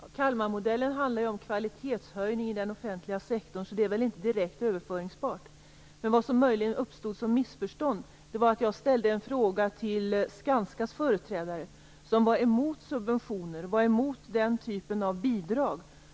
Herr talman! Kalmarmodellen handlar om kvalitetshöjning inom den offentliga sektorn, så den är inte direkt överföringsbar. Vad som möjligen uppstod som missförstånd var att jag ställde en fråga till Skanskas företrädare som var emot subventioner och den typen av bidrag.